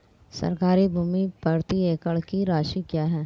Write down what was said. सरकारी भूमि प्रति एकड़ की राशि क्या है?